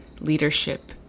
leadership